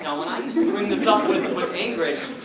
when i used to bring this up with with ingrid,